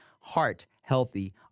heart-healthy